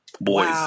boys